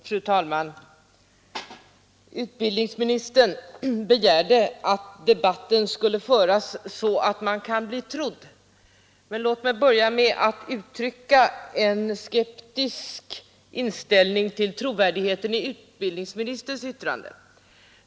Fru talman! Utbildningsministern begärde att debatten skulle föras så att man kan bli trodd. Låt mig börja med att uttrycka en skeptisk inställning till trovärdigheten i utbildningsministerns yttrande.